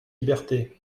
libertés